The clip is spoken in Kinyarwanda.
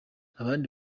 abandi